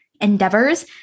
endeavors